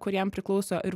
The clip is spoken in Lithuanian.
kuriam priklauso ir